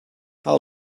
how